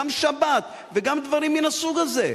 גם שבת וגם דברים מן הסוג הזה.